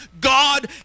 God